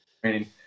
training